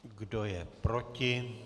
Kdo je proti?